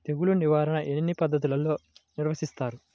తెగులు నిర్వాహణ ఎన్ని పద్ధతుల్లో నిర్వహిస్తారు?